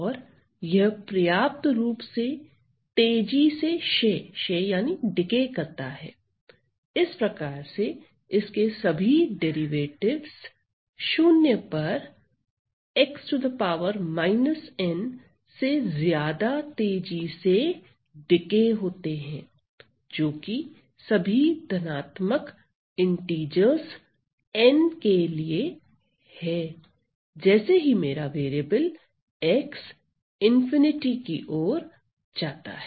और यह पर्याप्त रूप से तेजी से क्षय करता है इस प्रकार से कि इसके सभी डेरिवेटिव्स 0 पर x−N से ज्यादा तेजी से क्षय होते हैं जोकि सभी धनात्मक इंटीजर्स N के लिए है जैसे ही मेरा वेरिएबल X ∞ की ओर जाता है